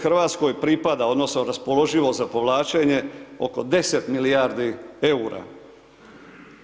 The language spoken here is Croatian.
Hrvatskoj pripada, odnosno raspoloživo za povlačenje, oko 10 milijardi EUR-a.